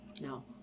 no